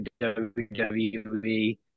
WWE